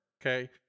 okay